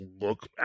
look